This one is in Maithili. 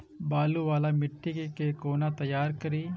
बालू वाला मिट्टी के कोना तैयार करी?